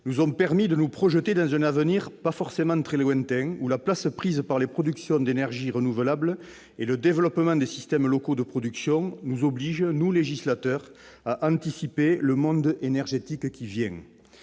nous ont permis de nous projeter dans un avenir pas forcément très lointain. Dans cette perspective, la place prise par les productions d'énergies renouvelables et le développement des systèmes locaux de production obligent les législateurs que nous sommes à anticiper le monde énergétique qui vient.